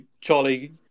Charlie